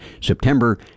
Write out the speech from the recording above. September